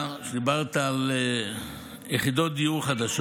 ראשית כול אני רוצה להודיע לך: דיברת על יחידות דיור חדשות,